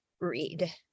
read